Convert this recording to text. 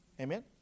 Amen